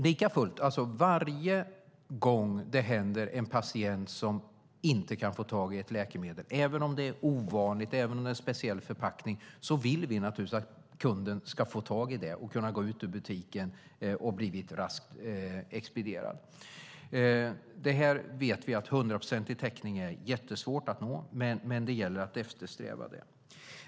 Likafullt vill vi naturligtvis att en patient varje gång ska få tag i ett läkemedel, även om det är ovanligt, även om det är en speciell förpackning, och kunna gå ut ur butiken efter att ha blivit raskt expedierad. Vi vet att hundraprocentig täckning är jättesvår att nå, men det gäller att eftersträva det.